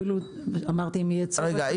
אפילו אמרתי אם יהיה צורך --- רגע,